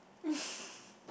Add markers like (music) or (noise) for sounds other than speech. (laughs)